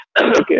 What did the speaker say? Okay